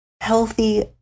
healthy